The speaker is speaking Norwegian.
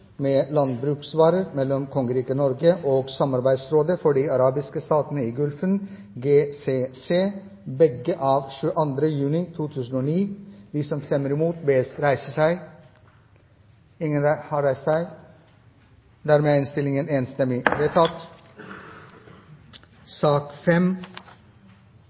med landbruksvarer mellom Kongeriket Norge og Samarbeidsrådet for de arabiske statene i Gulfen , begge av 22. juni 2009.» Flere har ikke bedt om ordet til sak